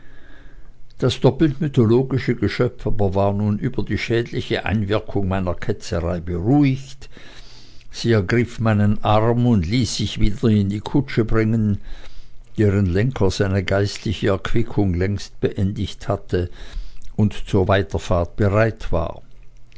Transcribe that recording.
das doppelt mythologische geschöpf aber war nun über die schädliche einwirkung meiner ketzerei beruhigt sie ergriff meinen arm und ließ sich wieder in die kutsche bringen deren lenker seine geistliche erquickung längst beendigt hatte und zur weiterfahrt bereit war